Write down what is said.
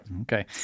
Okay